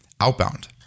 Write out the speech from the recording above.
outbound